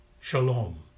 Shalom